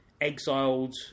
exiled